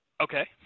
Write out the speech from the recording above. Okay